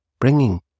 bringing